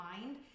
mind